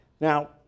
now